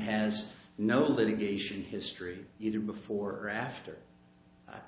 has no litigation history either before or after